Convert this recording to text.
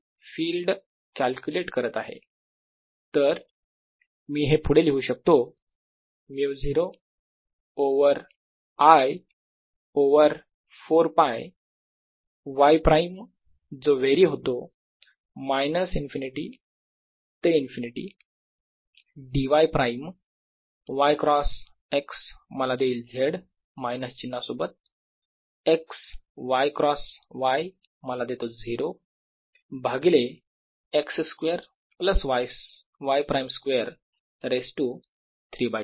तर मी हे पुढे लिहू शकतो μ0 over I over 4π y prime जो व्हेरी होतो मायनस इन्फिनिटी ते infinity dy prime y cross x मला देईल z मायनस चिन्हा सोबत x y क्रॉस y मला देतो 0 भागिले x square plus y prime square raise to 3 by 2